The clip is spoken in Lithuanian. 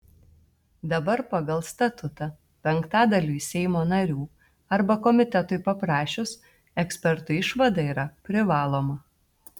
dabar pagal statutą penktadaliui seimo narių arba komitetui paprašius ekspertų išvada yra privaloma